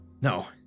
No